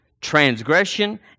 transgression